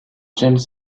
james